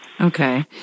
Okay